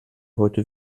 heute